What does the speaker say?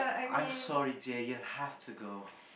I'm sorry dear you have to go